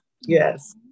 Yes